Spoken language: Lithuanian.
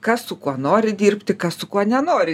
kas su kuo nori dirbti kas su kuo nenori